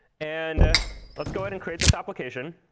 and let's go ahead and create this application.